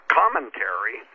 commentary